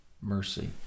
mercy